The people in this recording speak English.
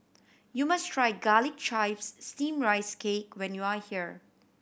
you must try Garlic Chives Steamed Rice Cake when you are here